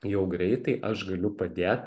jau greitai aš galiu padėt